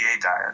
diet